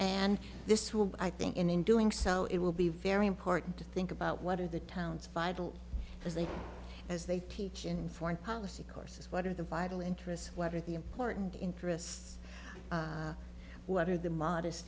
and this will be i think in in doing so it will be very important to think about what are the town's vital as they as they teach in foreign policy courses what are the vital interests what are the important interests what are the modest